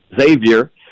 Xavier